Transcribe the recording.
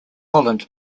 holland